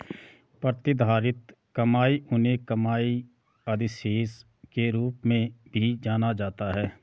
प्रतिधारित कमाई उन्हें कमाई अधिशेष के रूप में भी जाना जाता है